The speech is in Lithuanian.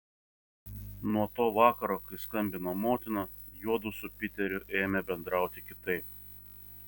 nuo to vakaro kai skambino motina juodu su piteriu ėmė bendrauti kitaip